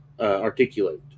articulate